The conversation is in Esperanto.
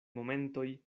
momentoj